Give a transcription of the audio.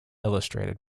illustrated